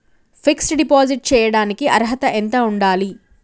Fix డ్ deposit చేయటానికి అర్హత ఎంత ఉండాలి?